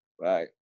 right